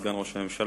סגן ראש הממשלה,